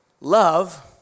love